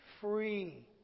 free